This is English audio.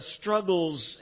struggles